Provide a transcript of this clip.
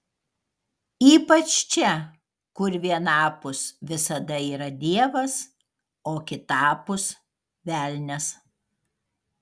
ypač čia kur vienapus visada yra dievas o kitapus velnias